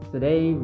Today